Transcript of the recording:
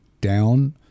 down